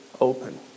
open